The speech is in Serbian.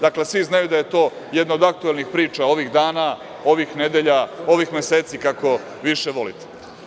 Dakle, svi znaju da je to jedna od aktuelnih priča ovih dana, ovih nedelja, ovih meseci, kako više volite.